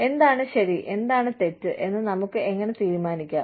എന്താണ് ശരി എന്താണ് തെറ്റ് എന്ന് നമുക്ക് എങ്ങനെ തീരുമാനിക്കാം